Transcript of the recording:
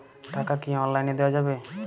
টাকা কি অনলাইনে দেওয়া যাবে?